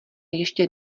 ještě